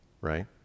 right